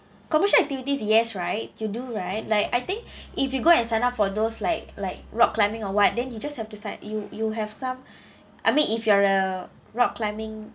commercial activities yes right you do right like I think if you go and sign up for those like like rock climbing or what then you just have to sign you you have some I mean if you're a rock climbing